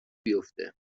بیفته